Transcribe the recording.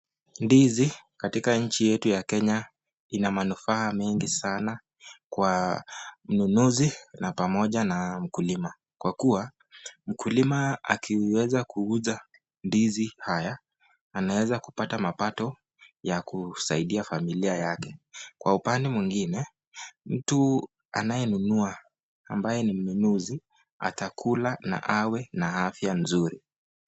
Ndizi katika nchi yetu ya Kenya ina manufaa mingi sana kwa ununuzi na pamoja na mkulima kwakuwa mkulima akiweza kuuza ndizi haya anaweza kupata mapato yenye kusaidia familia yake, kwa upande mwingine mtu anayenunua ambaye ni mnunuzi atakula na awe na afya nzuri.